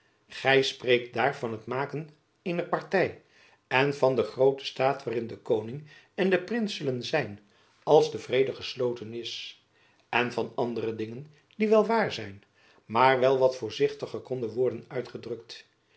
spreekt daar van het maken eener party van de groote staat waarin de koning en de prins zullen zijn als de vrede gesloten is en van andere dingen die wel waar zijn maar wel wat voorzichtiger konden worden uitgedrukt